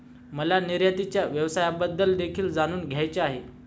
मला निर्यातीच्या व्यवसायाबद्दल देखील जाणून घ्यायचे आहे